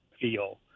feel